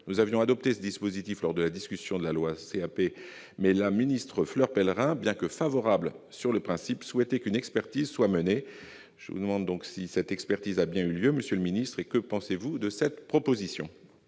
Nous avions adopté ce dispositif lors de la discussion de la loi LCAP, mais la ministre Fleur Pellerin, bien que favorable sur le principe, souhaitait qu'une expertise soit menée. Monsieur le ministre, cette expertise a-t-elle bien eu lieu ? Que pensez-vous de cette proposition ?